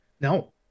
No